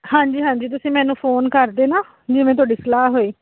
ਹਾਂਜੀ ਹਾਂਜੀ ਤੁਸੀਂ ਮੈਨੂੰ ਫੋਨ ਕਰ ਦੇਣਾ ਜਿਵੇਂ ਤੁਹਾਡੀ ਸਲਾਹ ਹੋਈ